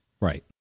right